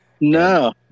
No